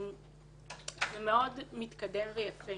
זה מאוד מתקדם ויפה